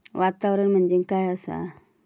वातावरण म्हणजे काय आसा?